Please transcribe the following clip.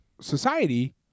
society